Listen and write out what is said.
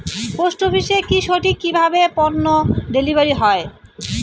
Post অফিসে কি সঠিক কিভাবে পন্য ডেলিভারি হয়?